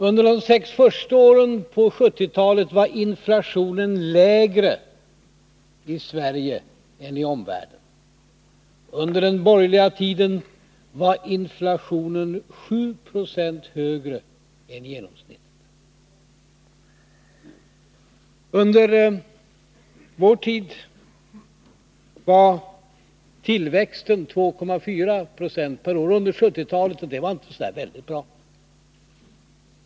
Under de sex första åren av 1970-talet var inflationen lägre i Sverige än i omvärlden. Under den borgerliga tiden var inflationen 7 Yo högre än genomsnittet. Under vår tid av 1970-talet var tillväxten 2,4 70 per år, och det var inte särskilt bra.